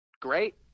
great